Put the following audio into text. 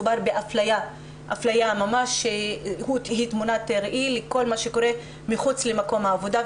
מדובר באפליה והאפליה היא תמונת ראי לכל מה שקורה מחוץ למקום העבודה,